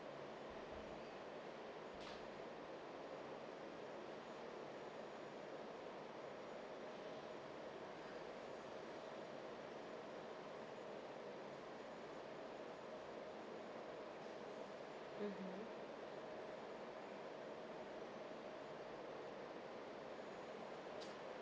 mmhmm